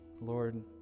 Lord